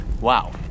Wow